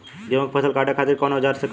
गेहूं के फसल काटे खातिर कोवन औजार से कटी?